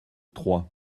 troyes